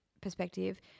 perspective